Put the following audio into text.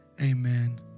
amen